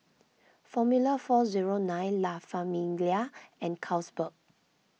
formula four zero nine La Famiglia and Carlsberg